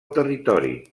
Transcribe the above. territori